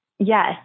Yes